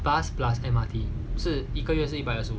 bus plus M_R_T 就是一个月是一百二十